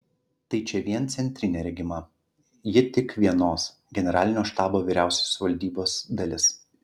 tai čia vien centrinė regima ji tik vienos generalinio štabo vyriausiosios valdybos dalis